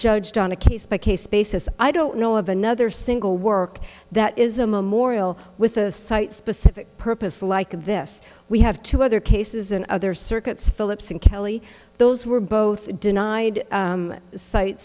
judged on a case by case basis i don't know of another single work that is a memorial with a site specific purpose like this we have two other cases and other circuits phillips and kelly those were both denied site